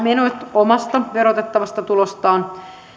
omasta verotettavasta tulostaan